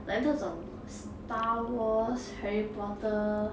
like 那种 star wars harry porter